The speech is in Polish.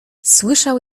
słyszał